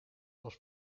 pas